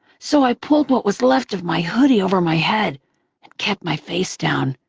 so i pulled what was left of my hoodie over my head and kept my face down,